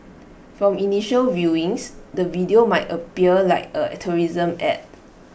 from initial viewings the video might appear like A tourism Ad